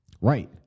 Right